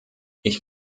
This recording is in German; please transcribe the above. ich